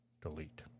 Delete